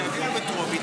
שיעבירו בטרומית,